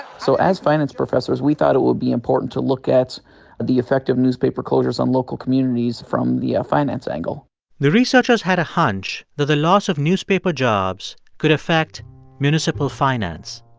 so as finance professors, we thought it would be important to look at the effect of newspaper closures on local communities from the finance angle the researchers had a hunch that the loss of newspaper jobs could affect municipal finance.